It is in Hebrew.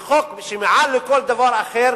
וחוק שמעל לכל דבר אחר